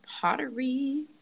pottery